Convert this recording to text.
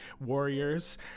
warriors